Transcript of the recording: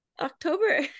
October